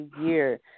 year